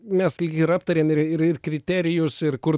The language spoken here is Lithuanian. mes lyg ir aptarėme ir kriterijus ir kur